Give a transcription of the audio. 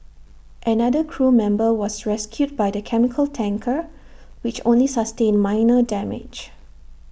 another crew member was rescued by the chemical tanker which only sustained minor damage